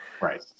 right